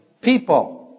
people